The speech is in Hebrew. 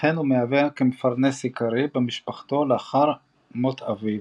שכן הוא מהווה כמפרנס עיקרי במשפחתו לאחר מות אביו.